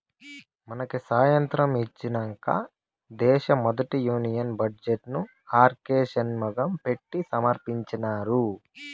మనకి సాతంత్రం ఒచ్చినంక దేశ మొదటి యూనియన్ బడ్జెట్ ను ఆర్కే షన్మగం పెట్టి సమర్పించినారు